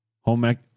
home